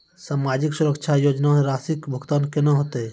समाजिक सुरक्षा योजना राशिक भुगतान कूना हेतै?